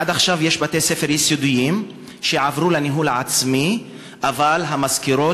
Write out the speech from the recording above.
עד עכשיו יש בתי-ספר יסודיים שעברו לניהול העצמי אבל המזכירות